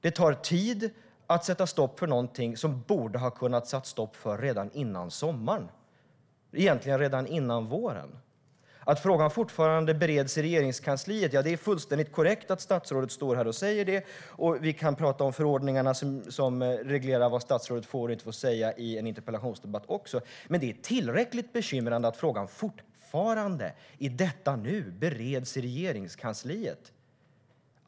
Det tar tid att sätta stopp för något som borde ha kunnat stoppas redan före sommaren, egentligen redan före våren. Det är fullständigt korrekt att statsrådet står här och säger att frågan fortfarande bereds i Regeringskansliet. Vi kan prata om de förordningar som reglerar vad statsrådet får och inte får säga i en interpellationsdebatt, men det är tillräckligt bekymrande att frågan fortfarande i detta nu bereds i Regeringskansliet.